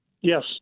Yes